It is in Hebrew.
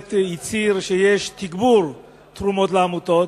באמת הצהיר שיש תגבור תרומות לעמותות,